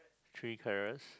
three carrots